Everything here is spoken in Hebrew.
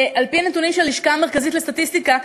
על-פי נתונים של הלשכה המרכזית לסטטיסטיקה,